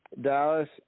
Dallas